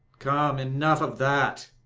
come, enough of that!